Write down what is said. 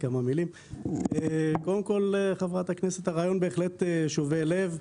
קודם כול, חברת הכנסת, הרעיון בהחלט שובה לב.